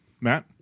Matt